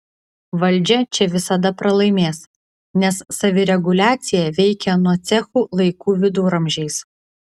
valdžia čia visada pralaimės nes savireguliacija veikia nuo cechų laikų viduramžiais